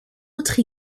autre